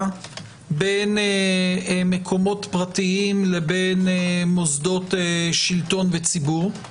בין מקומות פרטיים לבין מוסדות שלטון וציבור.